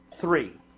three